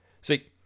See